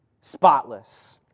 spotless